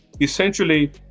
Essentially